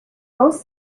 both